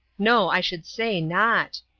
no, i should say not.